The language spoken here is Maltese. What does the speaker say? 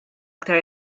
aktar